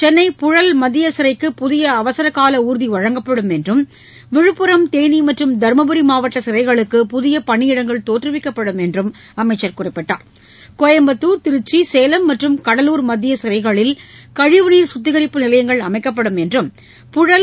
சென்னை புழல் மத்திய சிறைக்கு புதிய அவசரகால ஊர்தி வழங்கப்படும் என்றும் விழுப்புரம் தேனி மற்றும் தருமபுரி மாவட்ட சிறைகளுக்கு புதிய பணியிடங்கள் தோற்றுவிக்கப்படும் என்றார் கோயம்புத்தூர் திருச்சி சேலம் மற்றும் கடலூர் மத்திய சிறைகளில் கழிவுநீர் கத்திகரிப்பு நிலையங்கள் அமைக்கப்படும் என்றும் புழல்